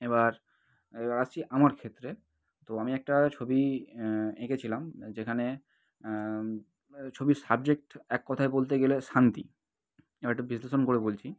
এবার এবার আসছি আমার ক্ষেত্রে তো আমি একটা ছবি এঁকেছিলাম যেখানে ছবির সাবজেক্ট এক কথায় বলতে গেলে শান্তি এবার একটু বিশ্লেষণ করে বলছি